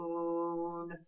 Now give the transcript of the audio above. moon